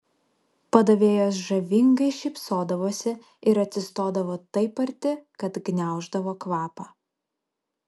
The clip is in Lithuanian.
padavėjos žavingai šypsodavosi ir atsistodavo taip arti kad gniauždavo kvapą